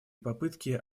попытки